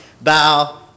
bow